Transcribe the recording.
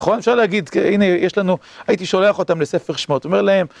נכון, אפשר להגיד, הנה יש לנו, הייתי שולח אותם לספר שמות, אומר להם...